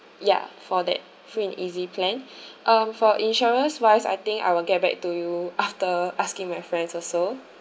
ya for that free and easy plan um for insurance wise I think I will get back to you after asking my friends also